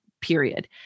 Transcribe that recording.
period